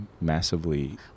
massively